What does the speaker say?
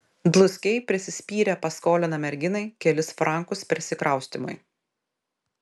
dluskiai prisispyrę paskolina merginai kelis frankus persikraustymui